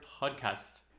podcast